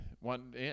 One